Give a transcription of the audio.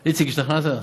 אני השתכנעתי.